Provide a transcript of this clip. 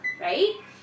right